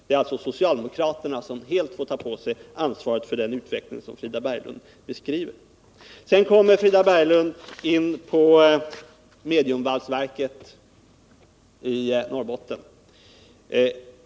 Det är alltså socialdemokraterna sorn helt får ta på sig ansvaret för den utveckling som Frida Berglund beskriver. Sedan kom Frida Berglund in på mediumvalsverket i Norrbotten.